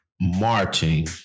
marching